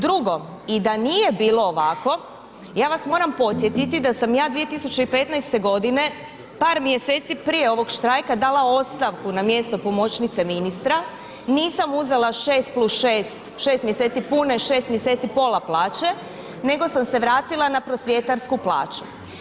Drugo, i da nije bilo ovako ja vas moram podsjetiti da sam ja 2015. godine par mjeseci prije ovog štrajka dala ostavku na mjesto pomoćnice ministra, nisam uzela 6+6, šest mjeseci pune, šest mjeseci pola plaće nego sam se vratila na prosvjetarsku plaću.